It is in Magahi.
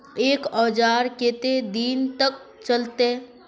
एक औजार केते दिन तक चलते?